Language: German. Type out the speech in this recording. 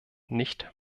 nicht